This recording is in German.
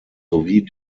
sowie